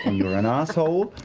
and you're an asshole,